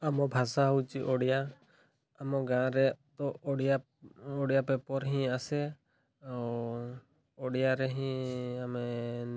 ଆମ ଭାଷା ହେଉଛି ଓଡ଼ିଆ ଆମ ଗାଁ'ରେ ତ ଓଡ଼ିଆ ଓଡ଼ିଆ ପେପର୍ ହିଁ ଆସେ ଆଉ ଓଡ଼ିଆରେ ହିଁ ଆମେ